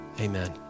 Amen